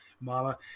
Mama